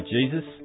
Jesus